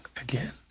again